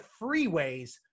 freeways